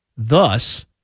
Thus